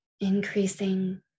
increasing